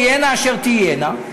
תהיינה אשר תהיינה,